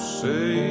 say